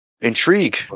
Intrigue